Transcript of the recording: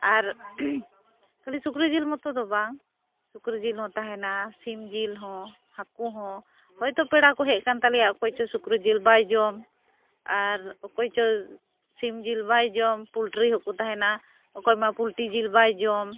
ᱟᱨ ᱠᱷᱟᱹᱞᱤ ᱥᱩᱠᱨᱤ ᱡᱤᱞ ᱢᱚᱛᱚᱫᱚ ᱵᱟᱝ ᱥᱩᱠᱨᱤ ᱡᱤᱞᱦᱚᱸ ᱛᱟᱦᱮᱱᱟ ᱥᱤᱢ ᱡᱤᱞᱦᱚᱸ ᱦᱟᱠᱩᱦᱚᱸ ᱦᱚᱭᱛᱳ ᱯᱮᱲᱟᱠᱚ ᱦᱮᱡ ᱟᱠᱟᱱᱛᱟᱞᱮᱭᱟ ᱚᱠᱚᱭᱪᱚ ᱥᱩᱠᱨᱤ ᱡᱤᱞ ᱵᱟᱭ ᱡᱚᱢ ᱟᱨ ᱚᱠᱚᱭᱪᱚ ᱥᱤᱢ ᱡᱤᱞ ᱵᱟᱭ ᱡᱚᱢ ᱯᱩᱞᱴᱨᱤ ᱦᱚᱸᱠᱚ ᱛᱟᱦᱮᱱᱟ ᱚᱠᱚᱭ ᱢᱟ ᱯᱩᱞᱴᱤ ᱡᱤᱞ ᱵᱟᱭ ᱡᱚᱢ